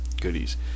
goodies